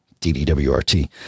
DDWRT